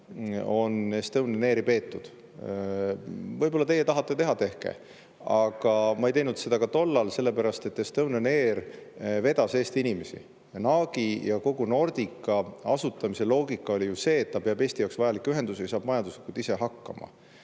Estonian Airi peeti. Võib-olla teie tahate teha, tehke. Ma ei teinud seda ka tollal, sellepärast et Estonian Air vedas Eesti inimesi. NAG-i ja Nordica asutamise loogika oli ju see, et ta peab Eesti jaoks vajalikke ühendusi ja saab majanduslikult ise hakkama.